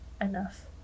enough